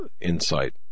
insight